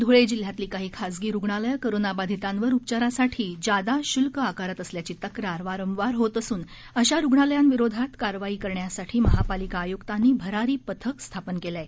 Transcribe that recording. धूळे जिल्ह्यातली काही खासगी रुग्णालयं कोरोनाबाधितांवर उपचारासाठी जादा शूल्क आकारत असल्याची तक्रार वारंवार होत असून अशा रुग्णालयांविरोधात कारवाई करण्यासाठी महापालिका आयुक्तांनी भरारी पथक स्थापन केलं आहे